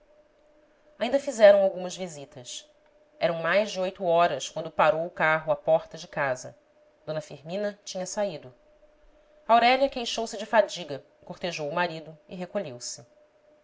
ainda fizeram algumas visitas eram mais de oito horas quando parou o carro à porta de casa d firmina tinha saído aurélia queixou-se de fadiga cortejou o marido e recolheu-se